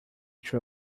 true